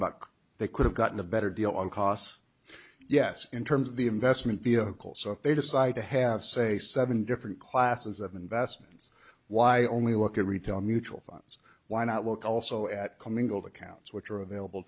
about they could have gotten a better deal on costs yes in terms of the investment vehicle so if they decide to have say seven different classes of investments why only look at retail mutual funds why not look also at commingled accounts which are available